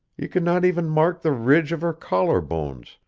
you could not even mark the ridge of her collar bones,